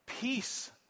peace